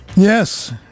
Yes